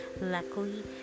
luckily